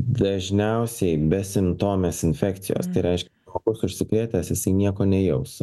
dažniausiai besimptomės infekcijos tai reiš o pats užsikrėtęs jisai nieko nejaus